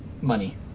money